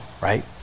right